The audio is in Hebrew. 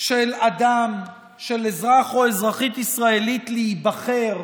של אדם, של אזרח או אזרחית ישראלית, להיבחר